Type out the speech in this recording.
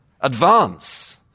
advance